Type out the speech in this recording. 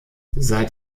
seit